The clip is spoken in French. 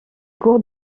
cour